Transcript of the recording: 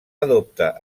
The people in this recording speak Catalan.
adopta